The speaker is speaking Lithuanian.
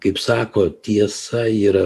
kaip sako tiesa yra